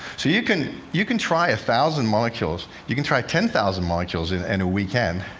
so you can you can try a thousand molecules, you can try ten thousand molecules in and a weekend,